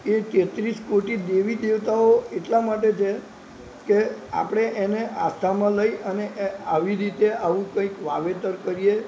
એ તેત્રીસ કોટી દેવી દેવતાઓ એટલા માટે છે કે આપણે એને આસ્થામાં લઈ અને આવી રીતે આવું કંઈક વાવેતર કરીએ